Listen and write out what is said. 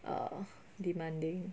uh demanding